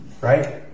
right